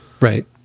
right